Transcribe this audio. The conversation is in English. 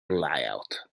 layout